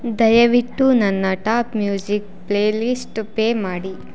ದಯವಿಟ್ಟು ನನ್ನ top music playlist play ಮಾಡಿ